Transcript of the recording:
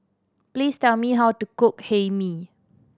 please tell me how to cook Hae Mee